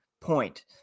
point